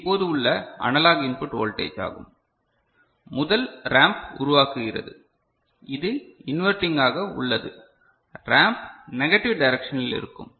இது இப்போது உள்ள அனலாக் இன்புட் வோல்டேஜ் ஆகும் முதல் ரேம்ப் உருவாக்குகிறது இது இன்வேர்டிங் ஆக உள்ளது ரேம்ப் நெகட்டிவ் டைரக்சனில் இருக்கும்